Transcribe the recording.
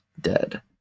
dead